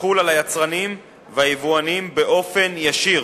תחול על היצרנים והיבואנים באופן ישיר,